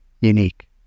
unique